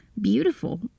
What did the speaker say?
beautiful